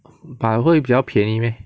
but 会比较便宜 meh